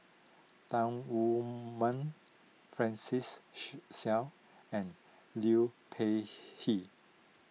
Tan Wu Meng Francis Seow and Liu Peihe